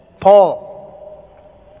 Paul